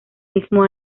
mismo